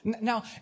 Now